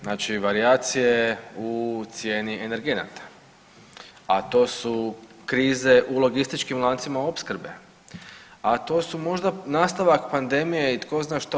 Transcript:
Znači varijacije u cijeni energenata, a to su krize u logističkim lancima opskrbe, a to su možda nastavak pandemije i tko zna što.